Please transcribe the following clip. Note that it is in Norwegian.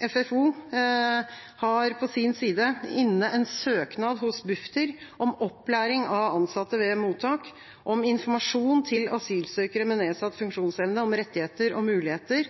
FFO har på sin side inne en søknad hos Bufdir om opplæring av ansatte ved mottak, om informasjon til asylsøkere med nedsatt funksjonsevne om rettigheter og muligheter